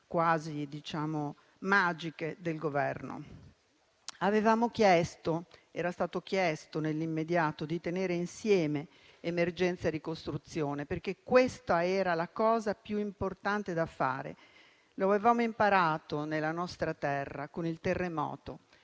quasi magiche, del Governo. Era stato chiesto nell'immediato di tenere insieme emergenza e ricostruzione, perché questa era la cosa più importante da fare. Lo avevamo imparato nella nostra terra, con il terremoto,